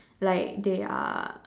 like they are